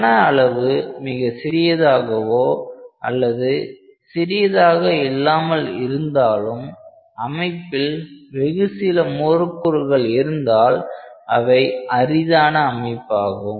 கன அளவு மிக சிறியதாகவோ அல்லது சிறியதாக இல்லாமல் இருந்தாலும் அமைப்பில் வெகுசில மூலக்கூறுகள் இருந்தால் அவை அரிதான அமைப்பாகும்